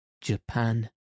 Japan